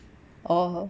orh